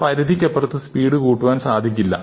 ആ പരിധിക്കപ്പുറത്ത് സ്പീഡ് കൂട്ടുവാൻ സാധിക്കില്ല